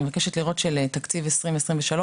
אני מבקשת לראות שלתקציב 2023,